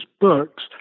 books